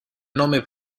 nome